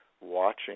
watching